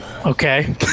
okay